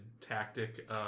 tactic